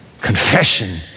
Confession